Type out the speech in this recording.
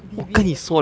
deviate a bit